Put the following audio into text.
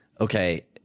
okay